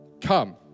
Come